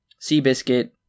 Seabiscuit